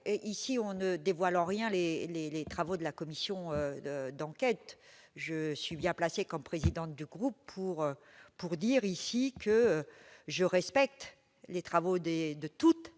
question de dévoiler les travaux d'une commission d'enquête. Je suis bien placée, comme présidente de groupe, pour affirmer que je respecte les travaux de toutes